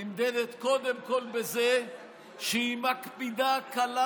נמדדת קודם כול בזה שהיא מקפידה קלה